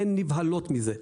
הן נבהלות מזה.